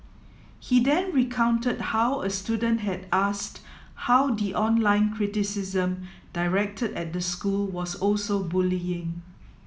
he then recounted how a student had asked how the online criticism directed at the school was also bullying